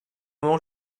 moment